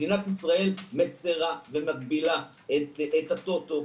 מדינת ישראל מצרה ומגבילה את הטוטו,